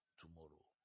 tomorrow